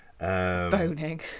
boning